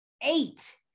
eight